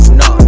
no